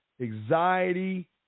anxiety